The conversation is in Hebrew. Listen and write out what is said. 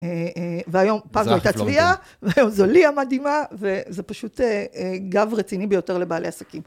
והיום פעם זו הייתה צביעה, והיום זו ליה המדהימה, וזה פשוט גב רציני ביותר לבעלי עסקים.